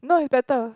no it's better